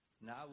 Now